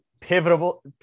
pivotal –